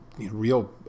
Real